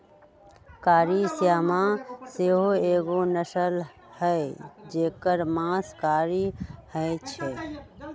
कारी श्यामा सेहो एगो नस्ल हई जेकर मास कारी होइ छइ